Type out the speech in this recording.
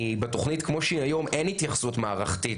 כי בתוכנית כמו שהיא היום אין התייחסות מערכתית,